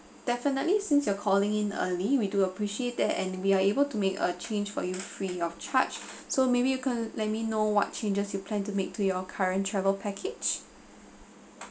definitely since you're calling in early we do appreciate that and we are able to make a change for you free of charge so maybe you can let me know what changes you plan to make to your current travel package